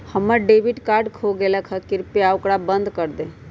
हम्मर debit card खो गयले है, कृपया ओकरा बंद कर दे